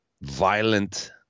violent